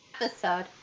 episode